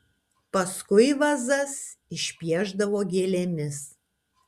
paskui vazas išpiešdavo gėlėmis